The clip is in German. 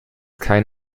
kein